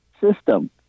system